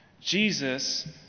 Jesus